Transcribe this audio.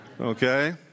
okay